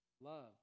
Love